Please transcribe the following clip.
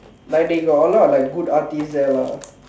like they got a lot of like good artist there lah